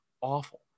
awful